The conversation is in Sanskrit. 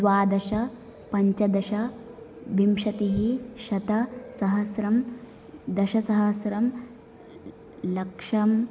द्वादश पञ्चदश विंशतिः शतम् सहस्रम् दशसहस्रम् लक्षम्